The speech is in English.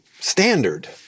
standard